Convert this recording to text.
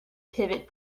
pivot